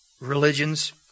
religions